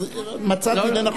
אז מצאתי לנכון לומר.